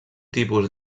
tipus